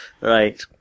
Right